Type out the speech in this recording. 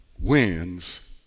wins